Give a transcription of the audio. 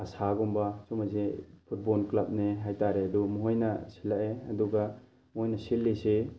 ꯑꯁꯥꯒꯨꯝꯕ ꯁꯨꯝꯕꯁꯦ ꯐꯨꯠꯕꯣꯜ ꯀ꯭ꯂꯕꯅꯦ ꯍꯥꯏꯇꯥꯔꯦ ꯑꯗꯨ ꯃꯈꯣꯏꯅ ꯁꯤꯜꯂꯛꯑꯦ ꯑꯗꯨꯒ ꯃꯣꯏꯅ ꯁꯤꯜꯂꯤꯁꯤ